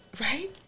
Right